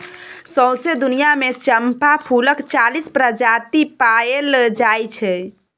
सौंसे दुनियाँ मे चंपा फुलक चालीस प्रजाति पाएल जाइ छै